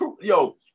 yo